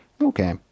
Okay